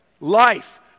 Life